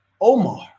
omar